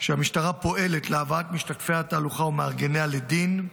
שהמשטרה פועלת להבאת משתתפי התהלוכה ומארגניה לדין,